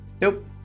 Nope